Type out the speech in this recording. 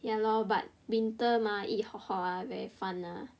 ya lor but winter mah eat hot hot ah very fun ah